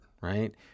right